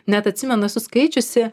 net atsimenu esu skaičiusi